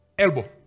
Elbow